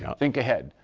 think ahead.